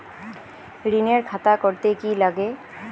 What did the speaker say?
ঋণের খাতা করতে কি লাগে?